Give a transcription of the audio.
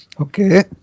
Okay